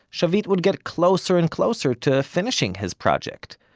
shavit would get closer and closer to finishing his project.